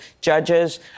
judges